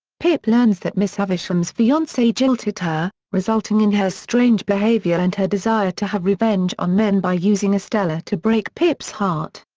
pip learns that miss havisham's fiance jilted her, resulting in her strange behaviour and her desire to have revenge on men by using estella to break pip's heart.